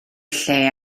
lle